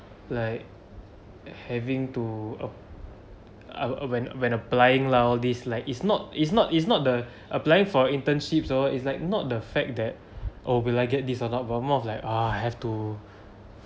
like having to uh our when when uh applying lah all these is like it's not it's not it's not the applying for internship orh it's like not the fact that oh will I get this or not but more of like ah I have to